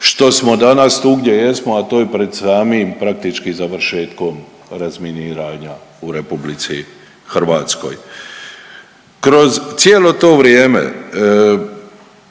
što smo danas tu gdje jesmo, a to je pred samim praktički završetkom razminiranja u RH. Kroz cijelo to vrijeme